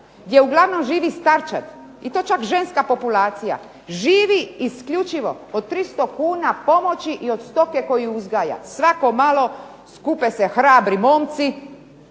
živo uglavnom starčad i to čak ženska populacija, živi isključivo od 300 kuna pomoći i od stoke koju uzgaja. Svako malo skupe se hrabri momci